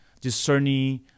discerning